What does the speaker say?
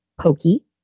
pokey